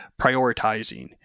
prioritizing